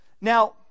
Now